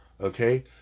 Okay